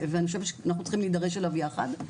ואני חושבת שאנחנו צריכים להידרש אליו יחד,